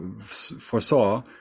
foresaw